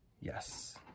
yes